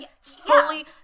Fully